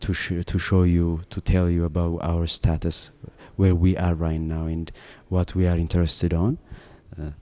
to share to show you to tell you about our status where we are right now and what we are interested on